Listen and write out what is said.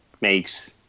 makes